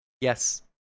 Yes